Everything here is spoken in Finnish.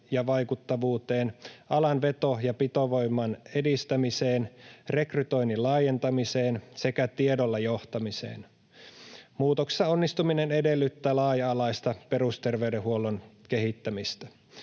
ja vaikuttavuuteen, alan veto‑ ja pitovoiman edistämiseen, rekrytoinnin laajentamiseen sekä tiedolla johtamiseen. Muutoksessa onnistuminen edellyttää laaja-alaista perusterveydenhuollon kehittämistä.